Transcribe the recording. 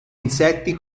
insetti